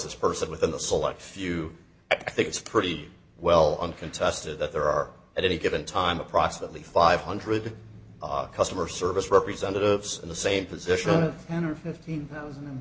this person within the select few i think it's pretty well uncontested that there are at any given time approximately five hundred customer service representatives in the same position of ten or fifteen thousand